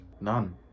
None